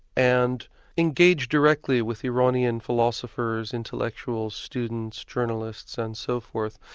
and engaged directly with iranian philosophers, intellectuals, students, journalists and so forth,